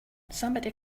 somebody